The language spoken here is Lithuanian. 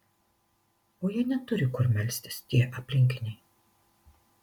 o jie neturi kur melstis tie aplinkiniai